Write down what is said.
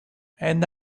and